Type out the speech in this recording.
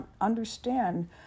understand